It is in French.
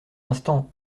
instant